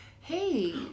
hey